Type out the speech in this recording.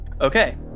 Okay